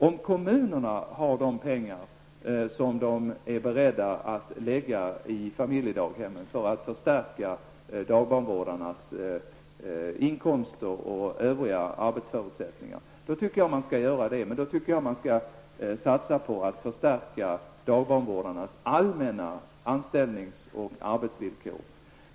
Om kommunerna har de pengar som de är beredda att satsa på familjedaghemmen för att förstärka dagbarnvårdarnas inkomster och förbättra deras övriga arbetsförutsättningar, anser jag att man kan göra den satsningen, men då borde man i stället förstärka dagbarnvårdarnas allmänna anställningsoch arbetsvillkor.